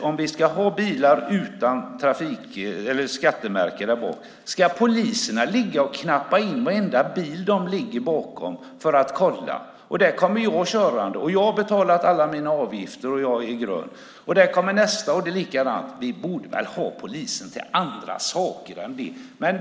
Om vi ska ha bilar utan skattemärke där bak ska poliserna då knappa in varenda bil de ligger bakom för att kolla? Där kommer jag körande, och jag har betalat alla mina avgifter och är grön. Där kommer nästa, och det är likadant. Vi borde väl ha polisen till andra saker än det?